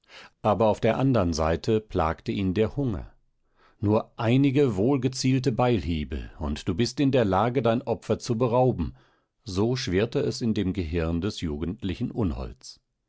aber auf der anderen seite plagte ihn der hunger nur einige wohlgezielte beilhiebe und du bist in der lage dein opfer zu berauben so schwirrte es in dem gehirn des jugendlichen